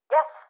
Yes